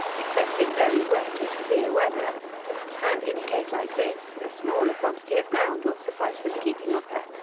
except in very wet or severe weather and in a case like this, a smaller quantity of ground will suffice for the keeping of her.